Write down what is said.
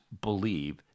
believe